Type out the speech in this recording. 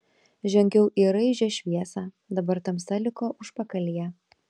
žengiau į raižią šviesą dabar tamsa liko užpakalyje